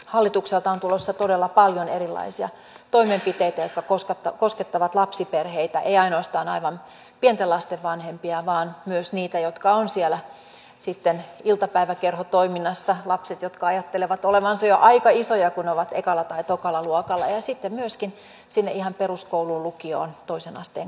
hallitukselta on tulossa todella paljon erilaisia toimenpiteitä jotka koskettavat lapsiperheitä eivät ainoastaan aivan pienten lasten vanhempia vaan myös heitä jotka ovat siellä iltapäiväkerhotoiminnassa lapset jotka ajattelevat olevansa jo aika isoja kun ovat ekalla tai tokalla luokalla ja myöskin ihan peruskouluun lukioon toisen asteen koulutukseen